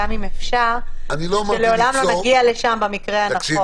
גם אם אפשר שלעולם לא נגיע לשם במקרה הנכון.